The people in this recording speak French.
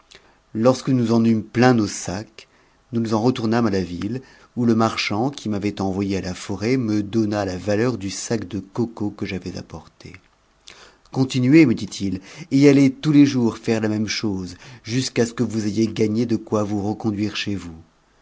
lorsque nous en eûmes plein nos sacs nous nous en retournâmes à la ville où le marchand qui m'avait envoyé a la forêt me donna la valeur du sac de cocos que j'avais apporté continuez me dit-il et allez tous les jours faire la même chose jusqu'à ce que vous ayez gagné de quoi vous reconduire chez vous